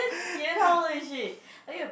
how old is she are you a